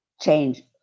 change